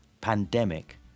pandemic